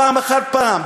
פעם אחר פעם,